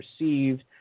received